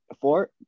Four